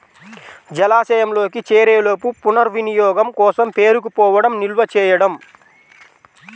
జలాశయంలోకి చేరేలోపు పునర్వినియోగం కోసం పేరుకుపోవడం నిల్వ చేయడం